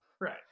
Right